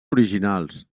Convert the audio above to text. originals